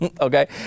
Okay